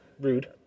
Rude